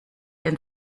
den